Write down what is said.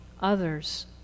others